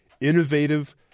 innovative